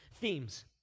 Themes